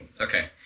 Okay